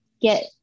get